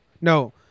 No